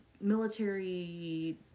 military